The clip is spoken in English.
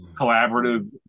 collaborative